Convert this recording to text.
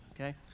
okay